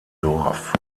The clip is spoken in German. dorf